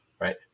Right